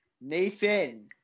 Nathan